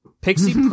Pixie